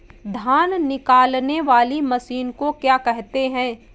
धान निकालने वाली मशीन को क्या कहते हैं?